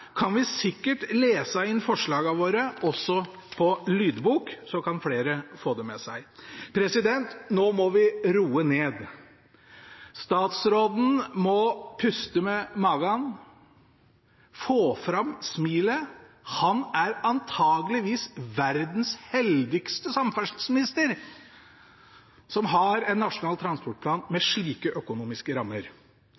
kan vi sikkert lese inn forslagene våre på lydbok, så kan flere få det med seg. Nå må vi roe ned. Statsråden må puste med magen og få fram smilet – han er antakeligvis verdens heldigste samferdselsminister, som har en nasjonal transportplan med